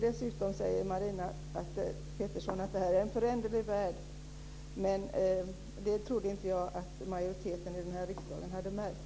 Dessutom säger Marina Pettersson att det är en föränderlig värld, men det trodde jag inte att majoriteten i den här riksdagen hade märkt.